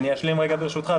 אני אשלים, ברשותך.